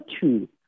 two